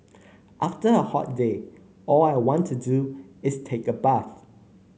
after a hot day all I want to do is take a bath